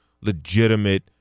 legitimate